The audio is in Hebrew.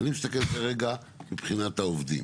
אני מסתכל כרגע מבחינת העובדים